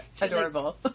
adorable